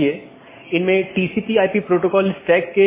इसलिए उनके बीच सही तालमेल होना चाहिए